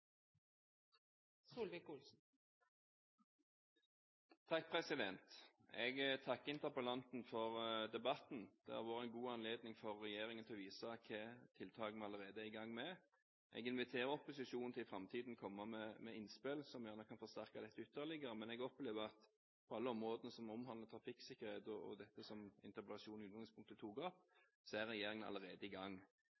Jeg takker interpellanten for debatten. Det har vært en god anledning for regjeringen til å vise hvilke tiltak vi allerede er i gang med. Jeg inviterer opposisjonen til i framtiden å komme med innspill som gjerne kan forsterke dette ytterligere, men jeg opplever at på alle områdene som omhandler trafikksikkerhet, og dette som interpellasjonen i utgangspunktet tok opp,